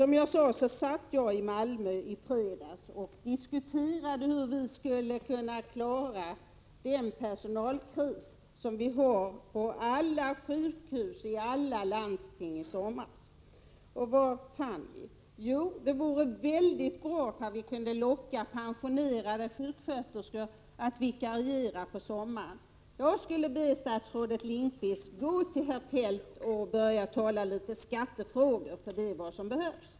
Som jag sade satt jag i fredags i Malmö och diskuterade hur vi skulle kunna klara den personalkris som vi nu har och som vi hade på alla sjukhus i alla landsting i somras. Och vad fann vi? Det vore mycket bra om vi kunde locka pensionerade sjuksköterskor att vikariera på sommaren. Jag skulle vilja be statsrådet Lindqvist att gå till herr Feldt och tala lite skattefrågor med honom -— det är vad som behövs.